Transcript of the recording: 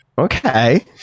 Okay